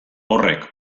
horrek